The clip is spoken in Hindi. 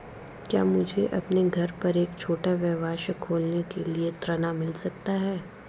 क्या मुझे अपने घर पर एक छोटा व्यवसाय खोलने के लिए ऋण मिल सकता है?